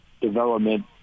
development